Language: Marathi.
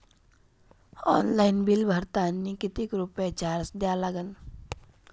ऑनलाईन बिल भरतानी कितीक रुपये चार्ज द्या लागन?